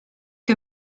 que